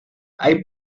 hay